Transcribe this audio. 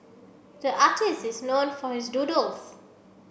the artists is known for his doodles